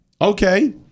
Okay